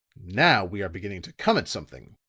now we are beginning to come at something,